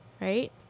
Right